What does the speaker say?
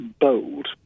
bold